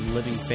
Living